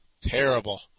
Terrible